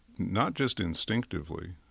not just instinctively,